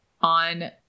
on